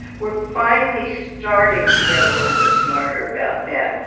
we're finally starting to get a little bit smarter about that.